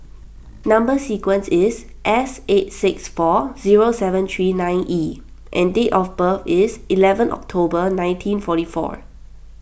Number Sequence is S eight six four zero seven three nine E and date of birth is eleven October nineteen forty four